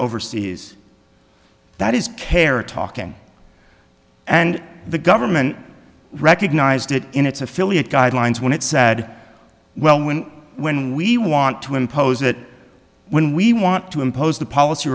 overseas that is care talking and the government recognized it in its affiliate guidelines when it said well when when we want to impose that when we want to impose the policy